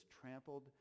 trampled